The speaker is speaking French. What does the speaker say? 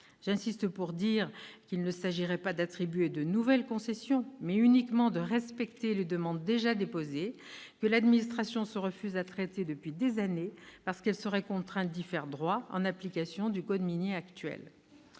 J'y insiste, il s'agirait non pas d'attribuer de « nouvelles concessions », mais uniquement de respecter les demandes déjà déposées, que l'administration se refuse à traiter depuis des années parce qu'elle serait contrainte d'y faire droit en application du code minier actuel.